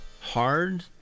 hard